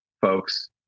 folks